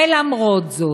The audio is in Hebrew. ולמרות זאת,